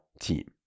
Team